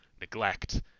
neglect